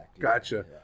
Gotcha